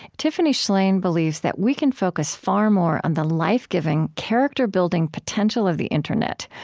tiffany shlain believes that we can focus far more on the life-giving, character-building potential of the internet,